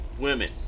women